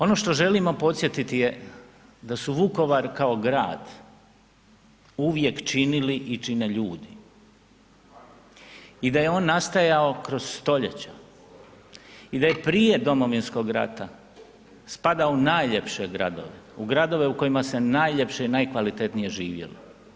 Ono što želimo podsjetiti je da su Vukovar kao grad uvijek činili i čine ljudi i da je on nastajao kroz stoljeća i da je prije Domovinskog rata spadao u najljepše gradove, u gradove u kojima se najljepše i najkvalitetnije živjelo.